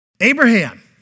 Abraham